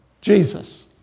Jesus